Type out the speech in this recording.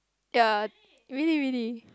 ya really really